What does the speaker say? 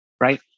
right